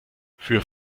für